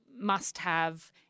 must-have